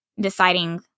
deciding